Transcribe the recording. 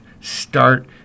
Start